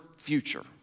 future